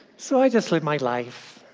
so i just lived my life.